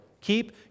Keep